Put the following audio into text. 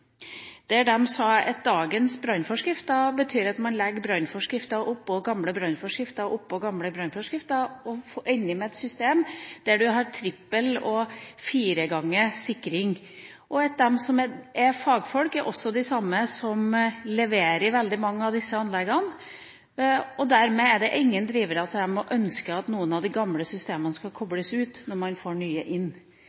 der de sa at dagens brannforskrifter betyr at man legger brannforskrifter oppå gamle brannforskrifter oppå gamle brannforskrifter. Så ender man med et system der man har trippel og fire ganger sikring, og de som er fagfolk, er også de samme som leverer veldig mange av disse anleggene. Dermed er det ingen drivere som ønsker at noen av de gamle systemene skal